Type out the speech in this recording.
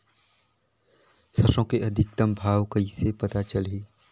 सरसो के अधिकतम भाव कइसे पता चलही?